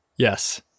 Yes